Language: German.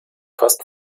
fast